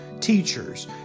teachers